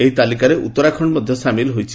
ଏହି ତାଲିକାରେ ଉତ୍ତରାଖଣ୍ଡ ମଧ୍ୟ ସାମିଲ ହୋଇଛି